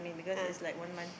ah